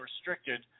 restricted